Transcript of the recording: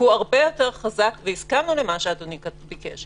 כי הוא הרבה יותר חזק, והסכמנו למה שאדוני ביקש.